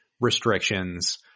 restrictions